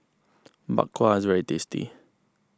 Bak Kwa is very tasty